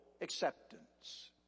acceptance